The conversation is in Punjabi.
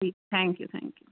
ਠੀਕ ਥੈਂਕ ਯੂ ਥੈਂਕ ਯੂ